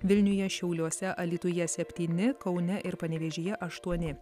vilniuje šiauliuose alytuje septyni kaune ir panevėžyje aštuoni